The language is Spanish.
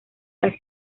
las